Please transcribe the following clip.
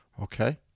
Okay